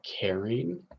caring